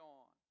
on